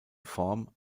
form